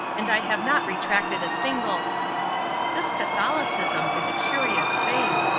and i have not retracted a single this catholicism is a curious thing,